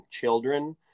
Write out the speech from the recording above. children